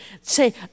say